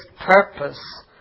purpose